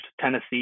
Tennessee